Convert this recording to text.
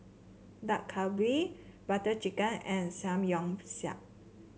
Dak Galbi Butter Chicken and Samgyeopsal